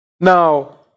Now